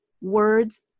words